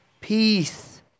peace